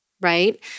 right